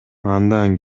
андан